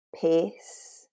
pace